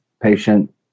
patient